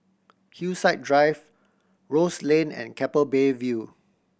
Hillside Drive Rose Lane and Keppel Bay View